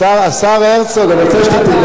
השר הרצוג, אני רוצה שתדע,